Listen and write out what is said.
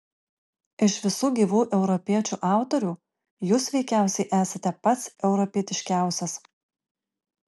iš visų gyvų europiečių autorių jūs veikiausiai esate pats europietiškiausias